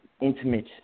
intimate